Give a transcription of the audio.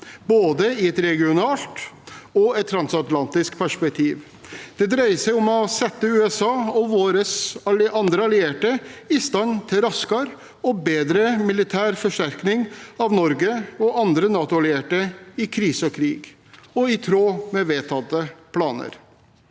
både i et regionalt og i et transatlantisk perspektiv. Det dreier seg om å sette USA og våre andre allierte i stand til raskere og bedre militær forsterkning av Norge og andre NATO-allierte i krise og krig, i tråd med vedtatte planer.